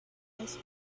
house